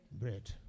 bread